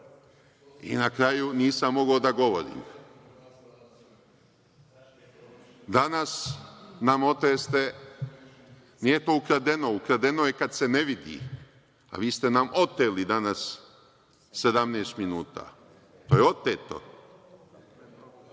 i na kraju nisam mogao da govorim. Danas nam oteste, nije to ukradeno, ukradeno je kad se ne vidi, a vi ste nam oteli danas 17 minuta, to je oteto.